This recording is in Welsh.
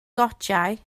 gotiau